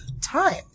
time